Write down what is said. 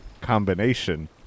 Combination